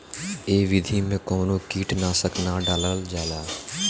ए विधि में कवनो कीट नाशक ना डालल जाला